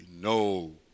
no